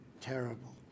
terrible